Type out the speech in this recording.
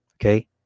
Okay